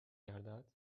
گردد